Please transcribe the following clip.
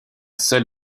seul